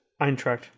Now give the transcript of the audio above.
Eintracht